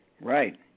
right